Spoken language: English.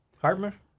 Hartman